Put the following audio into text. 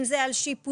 אם זה על שיפוצים,